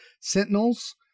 Sentinels